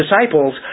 disciples